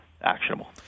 actionable